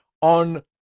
on